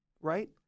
right